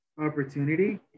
opportunity